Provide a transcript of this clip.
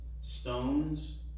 stones